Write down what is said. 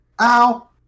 Ow